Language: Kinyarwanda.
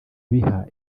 biha